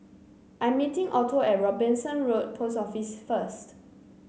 I'm meeting Otto at Robinson Road Post Office first